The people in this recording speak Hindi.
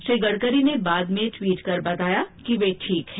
श्री गडकरी ने बाद में ट्वीट कर बताया कि वे ठीक हैं